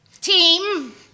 team